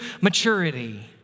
maturity